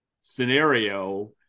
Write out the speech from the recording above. scenario